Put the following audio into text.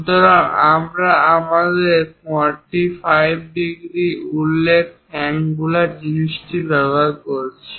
সুতরাং আমরা আমাদের 4500 ডিগ্রি উল্লেখ অ্যাংগুলার জিনিসটি ব্যবহার করছি